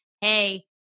Hey